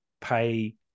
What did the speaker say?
pay